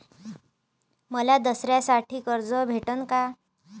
मले दसऱ्यासाठी कर्ज भेटन का?